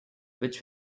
which